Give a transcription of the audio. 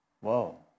Whoa